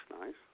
nice